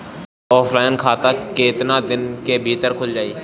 Offline खाता केतना दिन के भीतर खुल जाई?